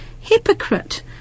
hypocrite